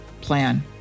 plan